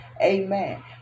Amen